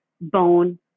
bone